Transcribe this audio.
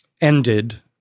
ended